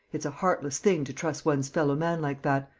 it's a heartless thing to truss one's fellow-man like that,